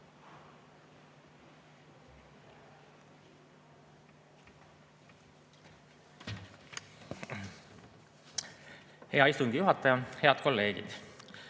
Hea istungi juhataja! Head kolleegid!